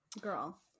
Girl